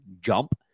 jump